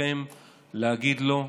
ותפקידכם להגיד לו: